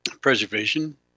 preservation